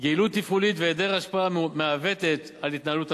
יעילות תפעולית והיעדר השפעה מעוותת על התנהלות המשק,